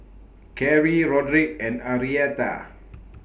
Carey Roderick and Arietta